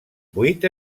vuit